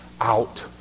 out